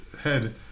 head